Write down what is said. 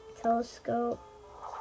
telescope